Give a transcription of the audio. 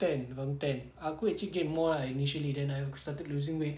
ten around ten aku actually gain more initially then I aku started losing weight